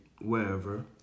wherever